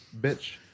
Bitch